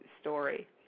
story